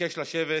אבקש לשבת.